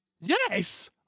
Yes